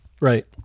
Right